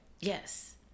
Yes